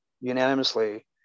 unanimously